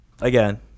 again